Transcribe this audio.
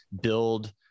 build